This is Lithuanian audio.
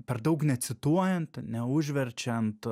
per daug necituojant neužverčiant